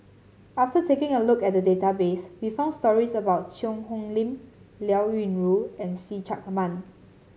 after taking a look at database we found stories about Cheang Hong Lim Liao Yingru and See Chak Mun